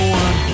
one